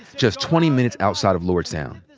just twenty minutes outside of lordstown.